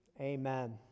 Amen